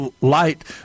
light